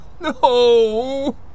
No